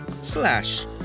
Slash